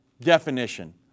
definition